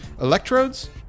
Electrodes